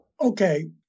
Okay